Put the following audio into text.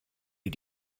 did